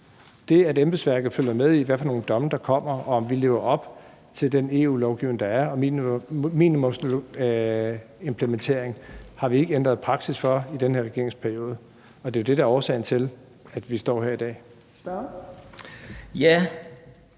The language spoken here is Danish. Det, at embedsværket følger med i, hvad for nogle domme der kommer, og om vi lever op til den EU-lovgivning, der er om minimumsimplementering, har vi ikke ændret praksis for i den her regeringsperiode. Det er jo det, der er årsagen til, at vi står her i dag. Kl.